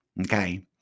Okay